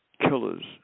killers